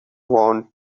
want